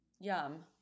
Yum